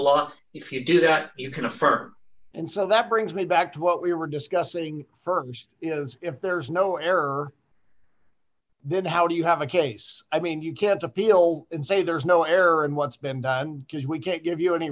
law if you do that you can affirm and so that brings me back to what we were discussing firms you know if there is no error then how do you have a case i mean you can't appeal and say there's no error and what's been done is we can't give you any